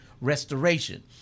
restoration